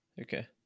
Okay